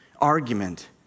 argument